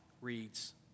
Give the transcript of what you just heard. reads